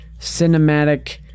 cinematic